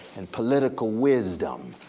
and political wisdom,